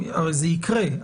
הרי זה יקרה.